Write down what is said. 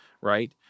right